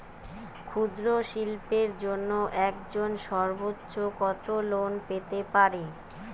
ক্ষুদ্রশিল্পের জন্য একজন সর্বোচ্চ কত লোন পেতে পারে?